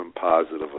positive